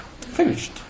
Finished